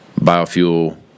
biofuel